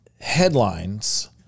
headlines